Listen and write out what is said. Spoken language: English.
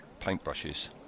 paintbrushes